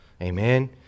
Amen